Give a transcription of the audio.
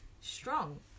strong